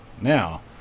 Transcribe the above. Now